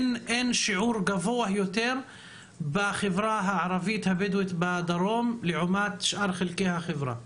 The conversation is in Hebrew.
אין שיעור גבוה יותר בחברה הערבית הבדואית בדרום לעומת שאר חלקי החברה?